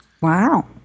Wow